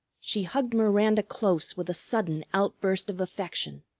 she hugged miranda close with a sudden outburst of affection.